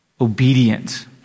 obedient